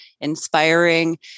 inspiring